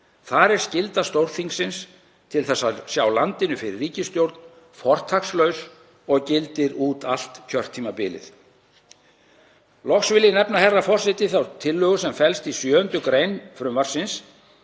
Þar er sú skylda Stórþingsins að sjá landinu fyrir ríkisstjórn fortakslaus og gildir út allt kjörtímabilið. Loks vil ég nefna, herra forseti, þá tillögu sem felst í 7. gr. frumvarpsins